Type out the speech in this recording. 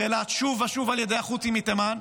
אילת שוב ושוב על ידי החות'ים מתימן,